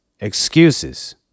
excuses